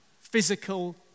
physical